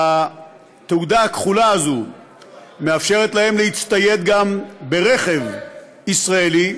והתעודה הכחולה הזאת מאפשרת להם להצטייד גם ברכב ישראלי,